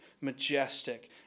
majestic